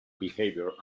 behaviour